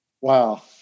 Wow